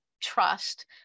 trust